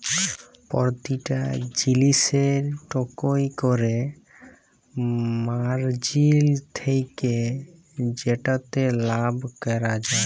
পরতিটা জিলিসের ইকট ক্যরে মারজিল থ্যাকে যেটতে লাভ ক্যরা যায়